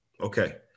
Okay